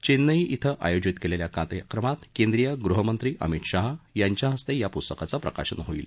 चेन्नई श्वं आयोजित केलेल्या कार्यक्रमात केंद्रीय गृहमंत्री अमित शहा यांच्या हस्ते या पुस्तकाचं प्रकाशन होईल